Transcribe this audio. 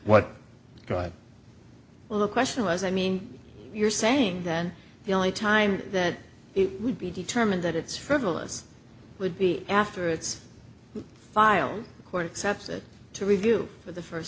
what you tried well the question was i mean you're saying then the only time that it would be determined that it's frivolous would be after it's filed court except to review for the f